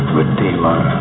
redeemer